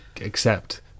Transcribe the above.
accept